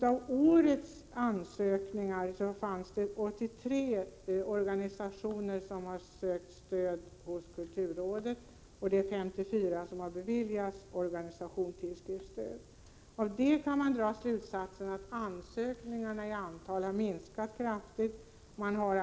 I år är det 83 organisationer som har sökt stöd hos kulturrådet, och det är 54 som har beviljats organisationstidskriftsstöd. Av det kan man dra slutsatsen att ansökningarna har minskat kraftigt i antal.